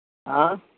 ہاں